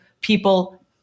people